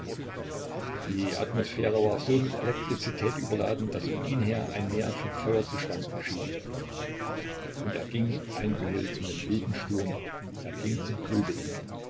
die atmosphäre war so mit elektrizität überladen daß um ihn her ein meer von feuer zu schwanken schien und er ging eingehüllt in den wilden sturm er ging und grübelte